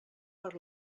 per